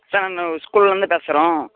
sir நாங்கள் ஒரு ஸ்கூல்லருந்து பேசுகிறோம்